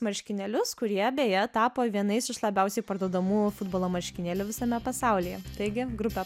marškinėlius kurie beje tapo vienais iš labiausiai parduodamų futbolo marškinėlių visame pasaulyje taigi grupė